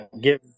give